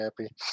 happy